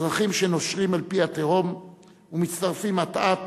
אזרחים שנושרים אל פי התהום ומצטרפים אט-אט